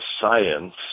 science